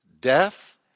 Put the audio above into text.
Death